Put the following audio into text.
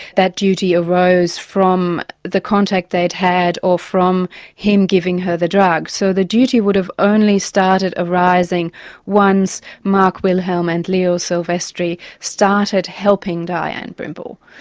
that duty arose from the contact they'd had or from him giving her the drug, so the duty would have only started arising once mark wilhelm and leo silvestri started helping dianne brimble.